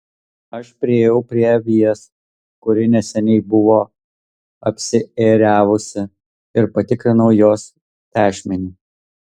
aš priėjau prie avies kuri neseniai buvo apsiėriavusi ir patikrinau jos tešmenį